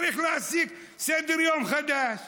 צריך להשיג סדר-יום חדש.